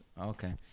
Okay